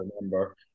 remember